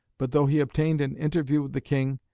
but though he obtained an interview with the king,